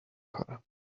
کارم